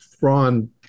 ron